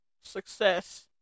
success